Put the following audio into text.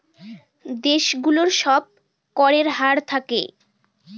দেশ গুলোর সব করের হার থাকে